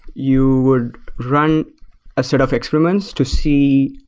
you would run a set of experiments to see,